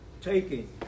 taking